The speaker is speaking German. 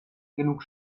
genug